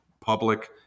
public